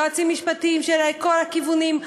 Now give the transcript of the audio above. יועצים משפטיים מכל הכיוונים,